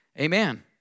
Amen